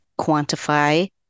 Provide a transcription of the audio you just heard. quantify